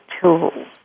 tools